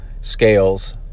scales